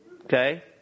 Okay